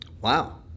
wow